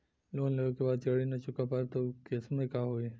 Loan लेवे के बाद जड़ी ना चुका पाएं तब के केसमे का होई?